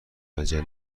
مجله